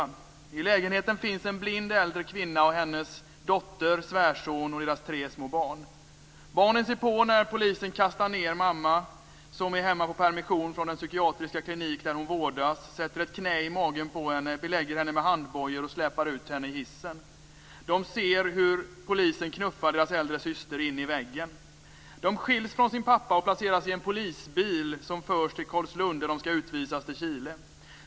I lägenheten finns en blind äldre kvinna och hennes dotter, hennes svärson och deras tre små barn. Barnen ser på när polisen kastar ned mamman, som är hemma på permission från den psykiatriska klinik där hon vårdas, sätter ett knä i magen på henne, belägger henne med handbojor och släpar ut henne i hissen. De ser hur polisen knuffar deras äldre syster in i väggen. De skiljs från sin pappa, placeras i en polisbil och förs till Carlslund, där de skall utvisas till Chile.